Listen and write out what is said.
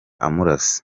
amurasa